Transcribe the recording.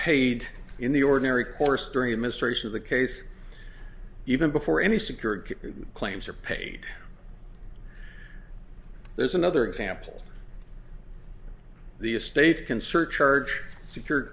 paid in the ordinary course during administration of the case even before any security claims are paid there is another example the estates concert church secure